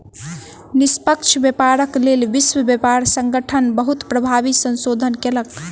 निष्पक्ष व्यापारक लेल विश्व व्यापार संगठन बहुत प्रभावी संशोधन कयलक